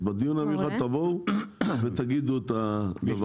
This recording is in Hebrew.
בדיון המיוחד תבואו ותגידו את זה.